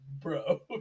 Bro